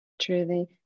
Truly